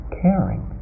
caring